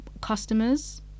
customers